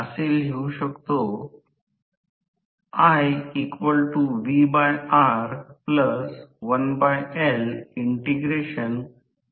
म्हणूनच आम्हे हवेच्या अंतराच्या पलिकडे शक्ती आहे म्हणतो याचा अर्थ असा आहे की म्हणजे हवेच्या अंतराळातून ज्या ठिकाणी चुंबकीय क्षेत्र आहे त्याद्वारे स्थानांतरित झाला